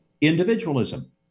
individualism